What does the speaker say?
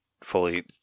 fully